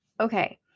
Okay